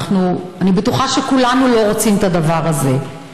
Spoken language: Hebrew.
אני בטוחה שכולנו לא רוצים את הדבר הזה.